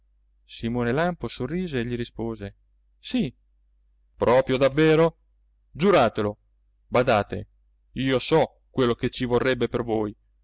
simone lampo sorrise e gli rispose sì proprio davvero giuratelo badate io so quello che ci vorrebbe per voi